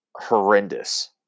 horrendous